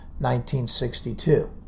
1962